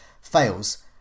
fails